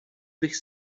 bych